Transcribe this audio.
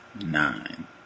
nine